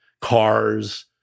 cars